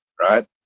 right